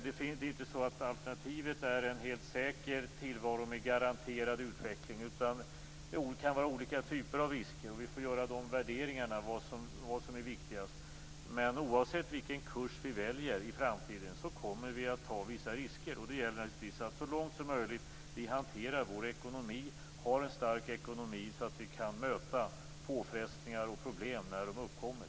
Det är inte så att alternativet är en helt säker tillvaro med garanterad utveckling, utan det kan vara fråga om olika typer av risker. Vi får värdera vad som är viktigast. Men oavsett vilken kurs vi väljer i framtiden, kommer vi att ta vissa risker. Det gäller naturligtvis att vi så långt som möjligt hanterar vår ekonomi, att vi har en stark ekonomi så att vi kan möta påfrestningar och problem när de uppkommer.